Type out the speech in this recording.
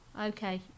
Okay